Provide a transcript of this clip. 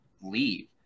leave